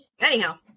Anyhow